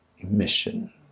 emission